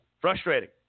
frustrating